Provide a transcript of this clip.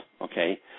okay